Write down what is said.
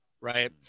right